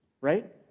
right